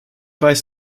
weiß